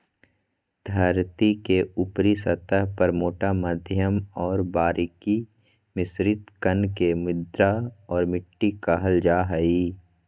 धरतीके ऊपरी सतह पर मोटा मध्यम और बारीक मिश्रित कण के मृदा और मिट्टी कहल जा हइ